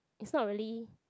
it's not really